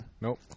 Nope